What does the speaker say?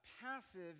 passive